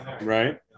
right